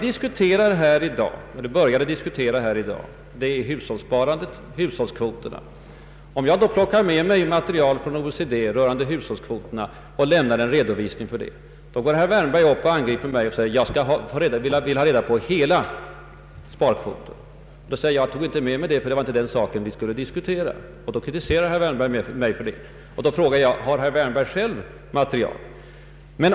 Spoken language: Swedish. Det vi började att debattera här i dag var hushållssparandet och hushållskvoterna. Om jag då plockar med mig material från OECD rörande hushållskvoterna och lämnar en redovisning härför, angriper herr Wärnberg mig och säger sig vilja ha reda på den totala sparkvoten. Då förklarar jag att jag inte har tagit med mig sådana uppgifter, eftersom det inte var den saken vi skulle diskutera. Herr Wärnberg angriper mig då för detta. Jag frågar: Har herr Wärnberg själv material? Nej!